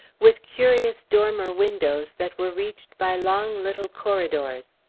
with curious dormer windows that were reached by long little corridors.